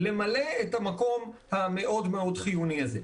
למלא את המקום החיוני מאוד הזה.